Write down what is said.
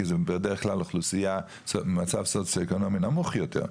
כי זה בדרך כלל אוכלוסייה במצב סוציו-אקונומי נמוך יותר.